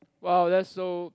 wow that's so